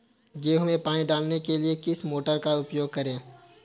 गेहूँ में पानी डालने के लिए किस मोटर का उपयोग करें?